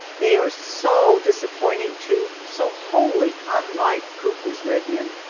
they are so disappointing, too so wholly unlike cooper's red men.